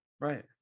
right